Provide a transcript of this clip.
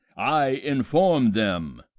i inform them!